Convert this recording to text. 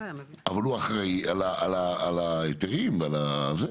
אבל הוא אחראי על ההיתרים ועל זה.